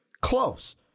close